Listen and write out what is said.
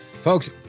Folks